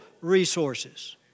resources